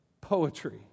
poetry